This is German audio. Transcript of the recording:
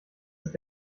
ist